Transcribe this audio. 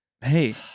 Hey